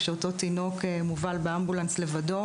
כשאותו תינוק מובל באמבולנס לבדו,